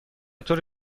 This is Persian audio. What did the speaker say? طور